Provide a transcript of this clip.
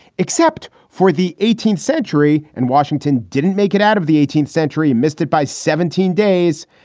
except for the eighteenth century. and washington didn't make it out of the eighteenth century. missed it by seventeen days.